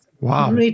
wow